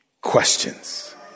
questions